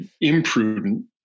imprudent